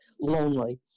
lonely